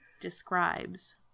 describes